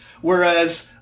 Whereas